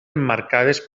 emmarcades